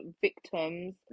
victims